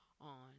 on